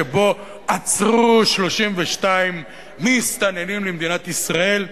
שבו עצרו 32 מסתננים למדינת ישראל.